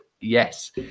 yes